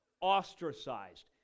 ostracized